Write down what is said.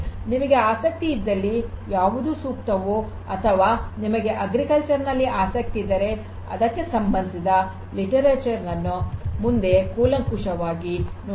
ನಿಮಗೆ ಆಸಕ್ತಿಯಿದ್ದಲ್ಲಿ ಯಾವುದು ಸೂಕ್ತವೋ ಅಥವಾ ನಿಮಗೆ ಕೃಷಿಯಲ್ಲಿ ಆಸಕ್ತಿ ಇದ್ದರೆ ಅದಕ್ಕೆ ಸಂಬಂಧಿಸಿದ ಸಾಹಿತ್ಯವನ್ನು ಮುಂದೆ ಕೂಲಂಕುಶವಾಗಿ ನೋಡಿರಿ